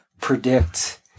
predict